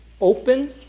open